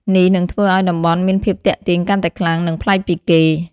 នេះនឹងធ្វើឲ្យតំបន់មានភាពទាក់ទាញកាន់តែខ្លាំង និងប្លែកពីគេ។